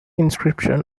inscriptions